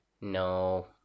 no